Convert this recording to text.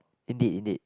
indeed indeed